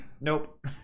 nope